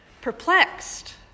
perplexed